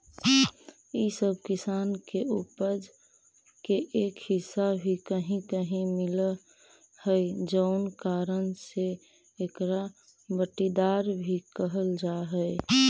इ सब किसान के उपज के एक हिस्सा भी कहीं कहीं मिलऽ हइ जउन कारण से एकरा बँटाईदार भी कहल जा हइ